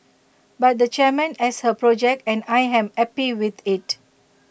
but the chairman has A project and I am happy with IT